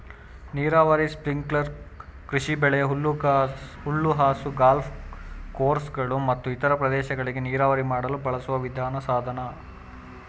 ನೀರಾವರಿ ಸ್ಪ್ರಿಂಕ್ಲರ್ ಕೃಷಿಬೆಳೆ ಹುಲ್ಲುಹಾಸು ಗಾಲ್ಫ್ ಕೋರ್ಸ್ಗಳು ಮತ್ತು ಇತರ ಪ್ರದೇಶಗಳಿಗೆ ನೀರಾವರಿ ಮಾಡಲು ಬಳಸುವ ಸಾಧನ